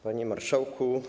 Panie Marszałku!